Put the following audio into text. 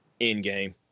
Endgame